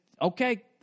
Okay